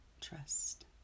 Trust